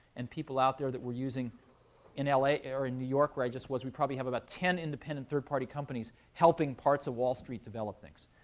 and people out there that we're using in la or in new york where i just was, we probably have about ten independent third party companies helping parts of wall street develop things.